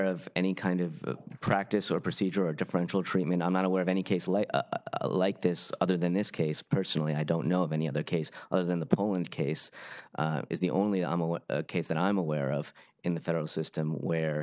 of any kind of practice or procedure or differential treatment i'm not aware of any case like like this other than this case personally i don't know of any other case other than the poland case it's the only case that i'm aware of in the federal system where